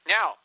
Now